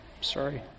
Sorry